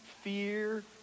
fear